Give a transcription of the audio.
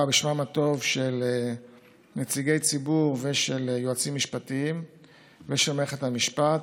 בשמם הטוב של נציגי ציבור ושל יועצים משפטיים ושל מערכת המשפט.